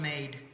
made